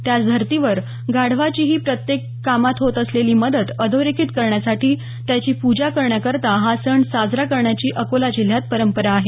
त्याच धऱतीवर गाढवाचीही प्रत्येक कामात होत असलेली मदत अधोरेखित करण्यासाठी त्याची प्जा करण्याकरता हा सण साजरा करण्याची अकोला जिल्ह्यात परंपरा आहे